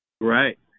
Right